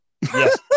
Yes